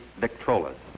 Victrolas